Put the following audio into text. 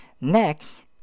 Next